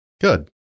Good